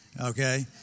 okay